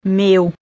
meu